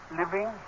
living